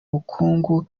bukungu